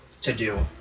to-do